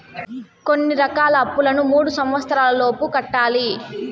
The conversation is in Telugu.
కొన్ని రకాల అప్పులను మూడు సంవచ్చరాల లోపు కట్టాలి